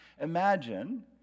Imagine